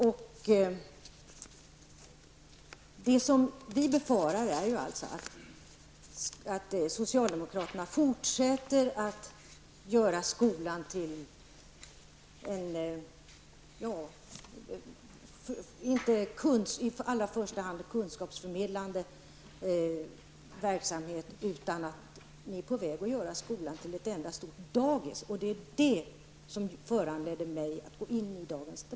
Vad vi befarar är alltså att socialdemokraterna är på väg att göra skolan till ett enda stort dagis i stället för att låta skolan i allra första hand vara en kunskapsförmedlande institution. Det är detta som har föranlett mig att gå in i debatten.